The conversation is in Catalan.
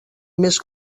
més